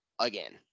again